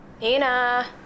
Nina